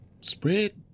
spread